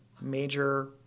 major